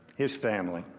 his family.